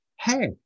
hey